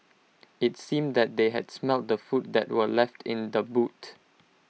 IT seemed that they had smelt the food that were left in the boot